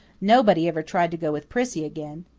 nobody ever tried to go with prissy again.